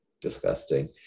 Disgusting